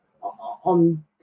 on